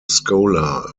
scholar